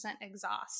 exhaust